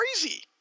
crazy